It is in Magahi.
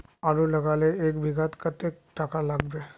आलूर लगाले एक बिघात कतेक टका लागबे?